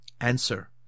Answer